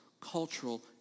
cultural